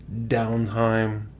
downtime